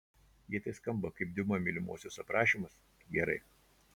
jei tai skamba kaip diuma mylimosios aprašymas gerai